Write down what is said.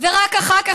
רק אחר כך,